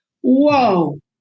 Whoa